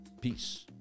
Peace